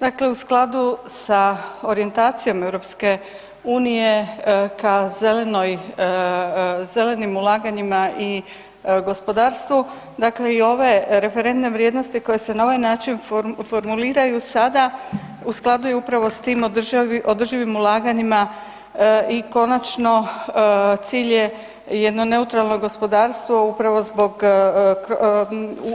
Dakle u skladu sa orijentacijom EU ka zelenim ulaganjima i gospodarstvu, dakle i ove referentne vrijednosti koje se na ovaj način formuliraju sada, u skladu je upravo s tim održivim ulaganjima i konačno, cilj je jedna neutralno gospodarstvo upravo zbog